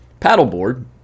paddleboard